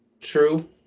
true